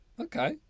Okay